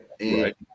Right